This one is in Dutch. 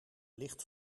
licht